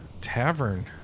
tavern